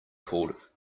called